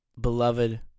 Beloved